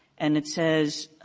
and it says,